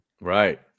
Right